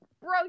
Bro